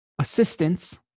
assistance